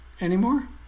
anymore